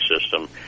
system